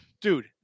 dude